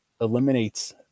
eliminates